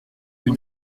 rue